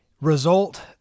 Result